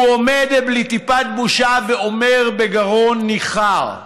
הוא עומד בלי טיפת בושה ואומר בגרון ניחר: